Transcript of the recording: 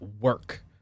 work